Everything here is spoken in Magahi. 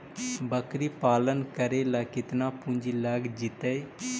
बकरी पालन करे ल केतना पुंजी लग जितै?